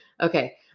Okay